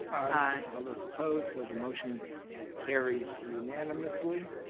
aye. all those opposed, so the motion carries unanimously.